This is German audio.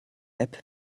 app